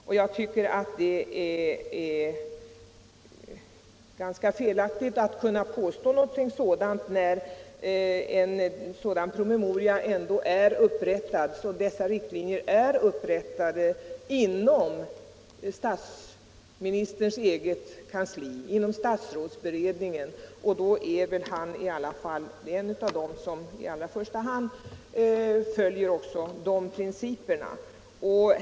Det är märkligt att man kan påstå något sådant, när dessa riktlinjer ändå finns inom statsministerns eget kansli och inom statsrådsberedningen. Det är givet att statsministern följer dessa principer.